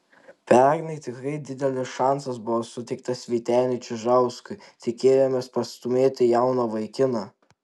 pernai tikrai didelis šansas buvo suteiktas vyteniui čižauskui tikėjomės pastūmėti jauną vaikiną